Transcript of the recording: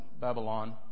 Babylon